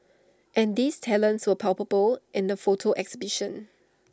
and these talents were palpable in the photo exhibition